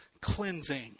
cleansing